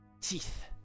teeth